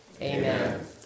Amen